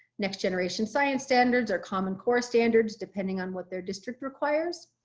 next generation science standards are common core standards, depending on what their district requires